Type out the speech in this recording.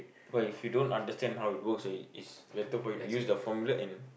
but if you don't understand how it works or it is better for you to use the formula and